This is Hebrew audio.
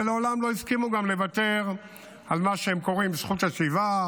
ולעולם לא הסכימו גם לוותר על מה שהם קוראים לו "זכות השיבה".